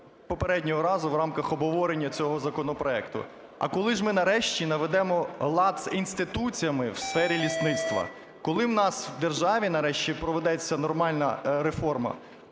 попереднього разу в рамках обговорення цього законопроекту. А коли ж ми нарешті наведемо лад з інституціями в сфері лісництва, коли в нас в державі нарешті проведеться нормальна реформа?